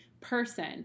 person